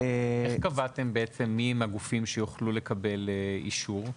איך קבעתם מיהם הגופים שיוכלו לקבל אישור?